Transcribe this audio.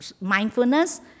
mindfulness